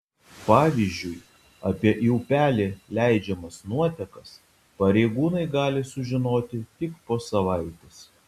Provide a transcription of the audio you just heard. pavyzdžiui apie į upelį leidžiamas nuotekas pareigūnai gali sužinoti tik po savaitės